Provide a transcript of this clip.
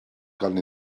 gan